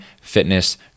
fitness